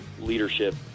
leadership